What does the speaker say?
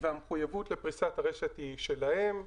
והמחויבות לפריסת הרשת היא שלהם.